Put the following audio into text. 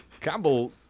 Campbell